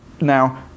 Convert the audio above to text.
now